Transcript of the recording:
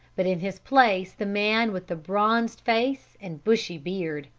but in his place the man with the bronzed face and bushy beard.